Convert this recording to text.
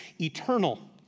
eternal